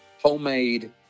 homemade